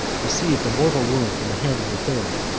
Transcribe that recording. received a mortal wound from the hand of the third.